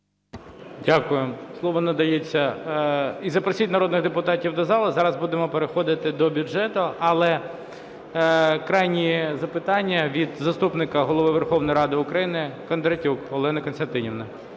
Дякую. Слово надається… І запросіть народних депутатів до зали, зараз будемо переходити до бюджету. Але крайнє запитання від заступника Голови Верховної Ради України Кондратюк Олени Костянтинівни.